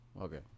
Okay